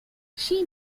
she